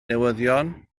newyddion